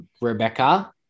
Rebecca